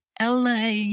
LA